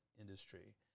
industry